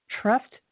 Trust